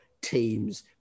teams